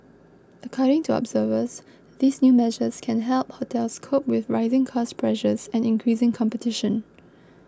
according to observers these new measures can help hotels cope with rising cost pressures and increasing competition